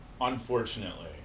unfortunately